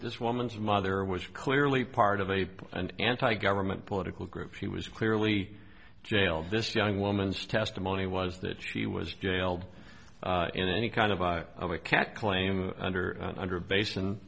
this woman's mother was clearly part of a an anti government political group she was clearly jailed this young woman's testimony was that she was jailed in any kind of of a cat claim under under bas